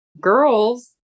girls